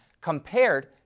compared